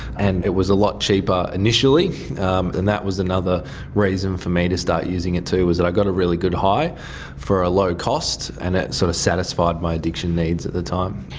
and it was a lot cheaper initially um and that was another reason for me to start using it too, was that i got a really good high for a low cost and it sort of satisfied my addiction needs at the time.